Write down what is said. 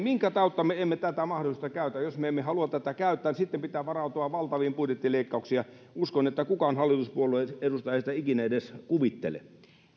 minkä tautta me emme tätä mahdollisuutta käytä jos me emme halua tätä käyttää niin sitten pitää varautua valtaviin budjettileikkauksiin ja uskon että kukaan hallituspuolueen edustaja ei sitä ikinä edes kuvittele